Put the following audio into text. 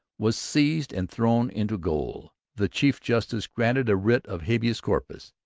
was seized and thrown into gaol. the chief justice granted a writ of habeas corpus.